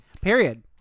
Period